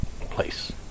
Place